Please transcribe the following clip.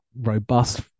robust